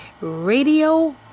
radio